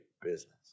business